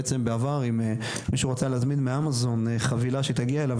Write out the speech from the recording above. בעצם בעבר אם מישהו רצה להזמין מאמזון חבילה שתגיע אליו,